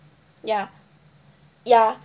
ya ya